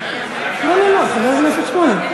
לא לא לא, חבר הכנסת שמולי.